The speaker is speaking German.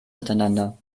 miteinander